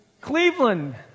Cleveland